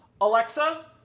Alexa